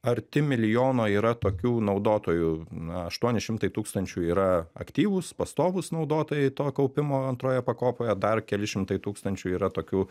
arti milijono yra tokių naudotojų na aštuoni šimtai tūkstančių yra aktyvūs pastovūs naudotojai to kaupimo antroje pakopoje dar keli šimtai tūkstančių yra tokių